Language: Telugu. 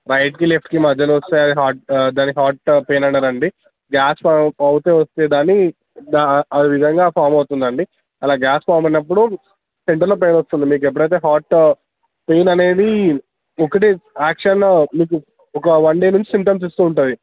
రైట్కి లెఫ్ట్కి మధ్యలో వస్తే అది హార్ట్ దాన్ని హార్ట్ పైన్ అనరు అండి గ్యాస్ ఫామ్ అయితే వచ్చే దాన్ని ఆ విధంగా ఫామ్ అవుతుంది అండి అలా గ్యాస్ ఫామ్ అయినప్పుడు సెంటర్లో పెయిన్ వస్తుంది మీకు ఎప్పుడైతే హార్ట్ పైన్ అనేది ఒకటి యాక్షను మీకు ఒక వన్ డే నుంచి సిమ్టమ్స్ ఇస్తూ ఉంటుంది